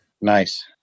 Nice